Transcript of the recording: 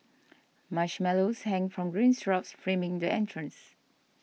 marshmallows hang from green shrubs framing the entrance